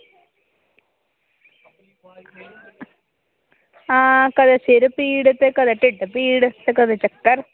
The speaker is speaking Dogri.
आं ते कदे सिर पीड़ ते कदें ढिड्ढ पीड़ ते कदें चक्कर